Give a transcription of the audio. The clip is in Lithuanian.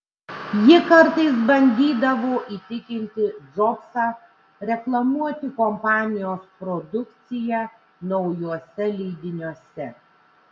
ji kartais bandydavo įtikinti džobsą reklamuoti kompanijos produkciją naujuose leidiniuose